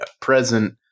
present